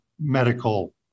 medical